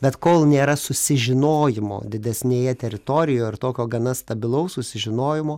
bet kol nėra susižinojimo didesnėje teritorijoj ir tokio gana stabilaus susižinojimo